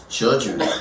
Children